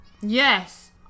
Yes